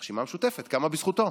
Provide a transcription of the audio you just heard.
הרשימה המשותפת קמה בזכותו.